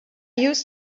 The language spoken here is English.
used